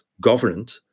governed